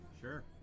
Sure